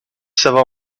savait